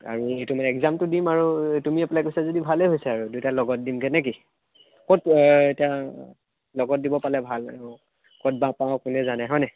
আৰু সেইটো মানে এগ্জামটো দিম আৰু তুমি এপ্লাই কৰিছা যদি ভাল হৈছে আৰু দুইটা লগত দিমগৈ নে কি ক'ত এতিয়া লগত দিব পালে ভাল আৰু ক'ত বা পাওঁ কোনে জানে হয় নাই